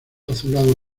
azulado